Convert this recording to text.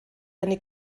eine